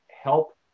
help